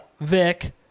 Vic